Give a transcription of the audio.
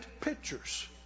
pictures